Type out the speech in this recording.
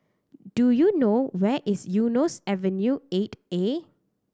do you know where is Eunos Avenue Eight A